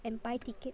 and buy ticket